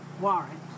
warrant